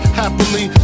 happily